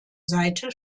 seite